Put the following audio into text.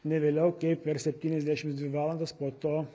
ne vėliau kaip per septyniasdešimts dvi valandas po to